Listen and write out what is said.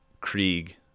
Krieg